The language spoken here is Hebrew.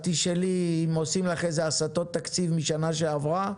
את תשאלי אם עושים לך איזה הסטות תקציב מהשנה שעברה,